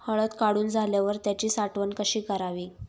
हळद काढून झाल्यावर त्याची साठवण कशी करावी?